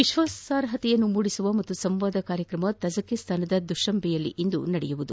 ವಿಶ್ವಾಸಾರ್ಹತೆ ಮೂಡಿಸುವ ಮತ್ತು ಸಂವಾದ ಕಾರ್ಯಕ್ರಮ ತಜಕಿಸ್ತಾನದ ದುಷಂಬೆಯಲ್ಲಿಂದು ನಡೆಯಲಿದೆ